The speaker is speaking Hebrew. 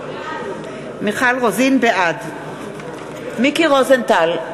בעד מיקי רוזנטל,